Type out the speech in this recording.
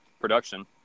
production